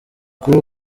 kuri